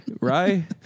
right